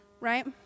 right